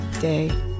day